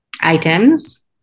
items